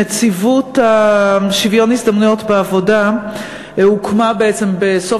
נציבות שוויון ההזדמנויות בעבודה הוקמה בעצם בסוף